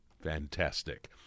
Fantastic